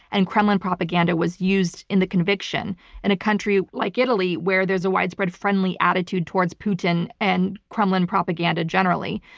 and kremlin propaganda was used in the conviction in a country like italy where there's a widespread friendly attitude towards putin and kremlin propaganda generally,